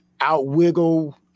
out-wiggle